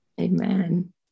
Amen